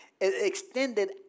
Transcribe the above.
extended